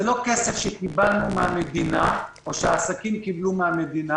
זה לא כסף שקיבלנו מהמדינה או שהעסקים קיבלו מהמדינה.